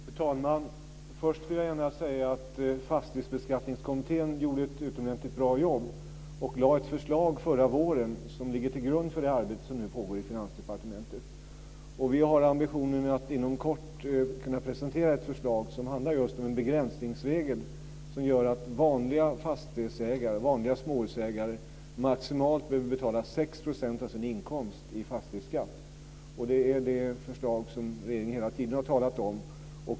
Fru talman! Först vill jag gärna säga att Fastighetsbeskattningskommittén gjorde ett utomordentligt bra jobb och lade förra våren fram ett förslag som ligger till grund för det arbete som nu pågår i Finansdepartementet. Vi har ambitionen att inom kort kunna presentera ett förslag som handlar just om en begränsningsregel som gör att vanliga fastighetsägare, vanliga småhusägare, maximalt behöver betala 6 % av sin inkomst i fastighetsskatt. Det är det förslag som regeringen hela tiden har talat om.